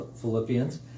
Philippians